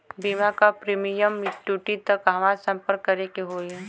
बीमा क प्रीमियम टूटी त कहवा सम्पर्क करें के होई?